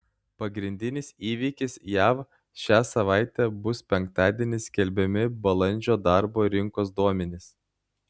pagrindinis įvykis jav šią savaitę bus penktadienį skelbiami balandžio darbo rinkos duomenys